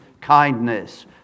kindness